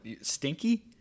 stinky